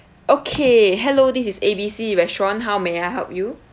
okay hello this is A B C restaurant how may I help you